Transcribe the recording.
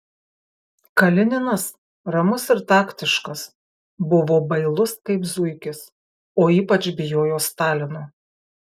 kalininas ramus ir taktiškas buvo bailus kaip zuikis o ypač bijojo stalino